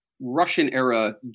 Russian-era